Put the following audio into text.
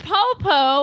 Popo